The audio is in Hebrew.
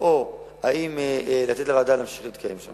או אם לתת לוועדה להמשיך להתקיים שם.